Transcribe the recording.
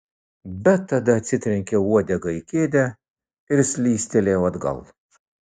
bet tada atsitrenkiau uodega į kėdę ir slystelėjau atgal